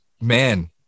Man